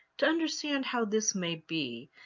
to understand how this may be,